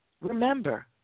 Remember